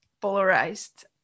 polarized